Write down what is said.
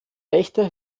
rechte